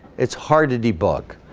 it's hard to debug